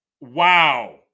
wow